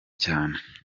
cyane